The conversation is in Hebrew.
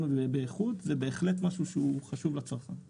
שרואה שיש מסלול שהוא מסלול שמקל עליו,